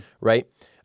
right